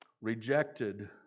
rejected